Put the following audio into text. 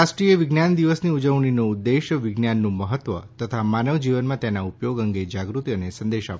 રાષ્ટ્રીય વિજ્ઞાન દિવસની ઉજવણીનો ઉદ્દેશ વિજ્ઞાનનું મહત્વ્છ તથા માનવ જીવનમાં તેના ઉપયોગ અંગે જાગૃતિ અને સંદેશ આપવાનો છે